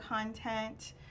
content